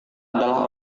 adalah